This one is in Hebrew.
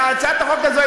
והצעת החוק הזאת,